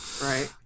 Right